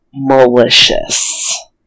Malicious